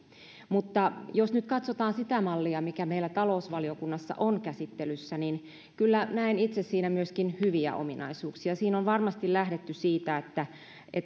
jos nyt katsotaan sitä mallia mikä meillä talousvaliokunnassa on käsittelyssä niin kyllä näen itse siinä myöskin hyviä ominaisuuksia siinä on varmasti lähdetty siitä kun